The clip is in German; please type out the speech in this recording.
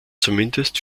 zumindest